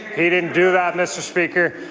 he didn't do that, mr. speaker.